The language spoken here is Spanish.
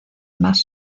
más